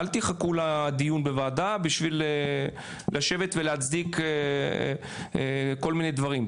אל תחכו לדיון בוועדה בשביל לשבת ולהצדיק כל מיני דברים.